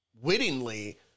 wittingly